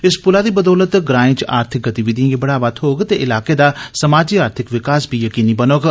इस पुलै दी बदोलत ग्राए च आर्थिक गतिविधिए गी बढ़ावा थोग ते इलाके दा समाजी आर्थिक विकास बी यकीनी बनौग